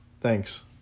Thanks